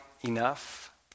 enough